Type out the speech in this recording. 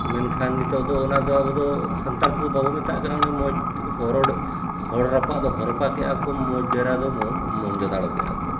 ᱢᱮᱱᱠᱷᱟᱱ ᱱᱤᱛᱳᱜ ᱫᱚ ᱚᱱᱟᱫᱚ ᱟᱵᱚᱫᱚ ᱥᱟᱱᱛᱟᱲ ᱛᱮᱫᱚ ᱵᱟᱵᱚᱱ ᱢᱮᱛᱟᱜ ᱠᱟᱱᱟ ᱢᱚᱡᱽ ᱦᱚᱨᱚᱲ ᱦᱚᱲ ᱨᱟᱯᱟᱜ ᱫᱚ ᱦᱚᱨᱚᱯᱟ ᱠᱮᱜᱼᱟ ᱠᱚ ᱢᱚᱡᱽ ᱰᱮᱨᱟ ᱫᱚ ᱢᱚᱦᱮᱱᱡᱳᱫᱟᱲᱳ ᱠᱮᱫᱼᱟᱠᱚ